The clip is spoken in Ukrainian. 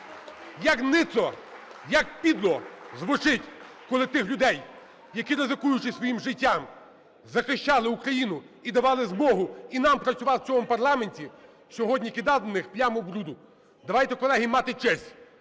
Якницо, як підло звучить, коли тих людей, які, ризикуючи своїм життям, захищали Україну і давали змогу і нам працювати в цьому парламенті, сьогодні кидати в них пляму бруду! Давайте, колеги, мати честь,